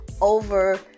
over